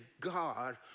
God